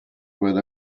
with